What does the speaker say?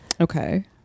okay